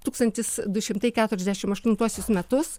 tūkstantis du šimtai keturiasdešim aštuntuosius metus